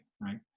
right